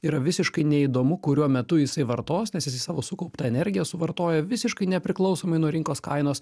yra visiškai neįdomu kuriuo metu jisai vartos nes jis savo sukauptą energiją suvartoja visiškai nepriklausomai nuo rinkos kainos